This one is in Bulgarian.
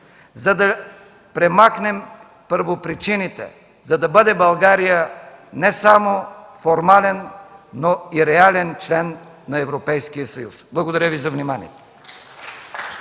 за да премахнем първопричините, за да бъде България не само формален, но и реален член на Европейския съюз. Благодаря Ви за вниманието.